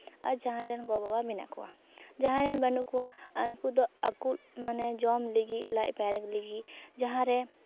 ᱟᱨ ᱡᱟᱦᱟᱸᱭ ᱨᱮᱱ ᱵᱟᱵᱟ ᱢᱮᱱᱟᱜ ᱠᱚᱣᱟ ᱡᱟᱦᱟᱸᱭ ᱨᱮᱱ ᱵᱟᱹᱱᱩᱜ ᱠᱚᱣᱟ ᱩᱱᱠᱩ ᱫᱚ ᱢᱟᱱᱮ ᱟᱠᱚ ᱡᱚᱢ ᱞᱟᱹᱜᱤᱫ ᱞᱟᱡ ᱯᱮᱨᱮᱡ ᱞᱟᱹᱜᱤᱫ ᱡᱟᱦᱟᱸᱨᱮ